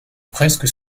presque